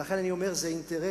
ולכן אני אומר שזה אינטרס,